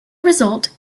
result